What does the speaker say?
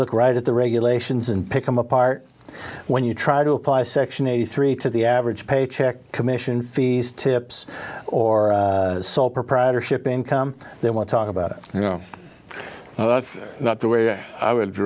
look right at the regulations and pick them apart when you try to apply section eighty three to the average paycheck commission fees tips or sole proprietorship income they want talk about you know not the way i would